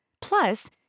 Plus